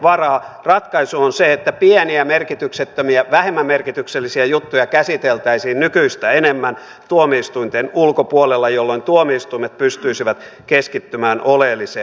ratkaisu on se että pieniä merkityksettömiä vähemmän merkityksellisiä juttuja käsiteltäisiin nykyistä enemmän tuomioistuinten ulkopuolella jolloin tuomioistuimet pystyisivät keskittymään oleelliseen